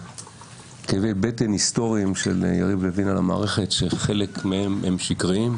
לכאבי בטן היסטוריים של יריב לוין על המערכת שחלק מהם הם שקריים,